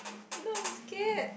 now I'm scared